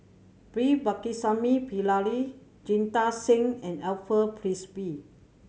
V Pakirisamy Pillai Jita Singh and Alfred Frisby